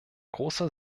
großer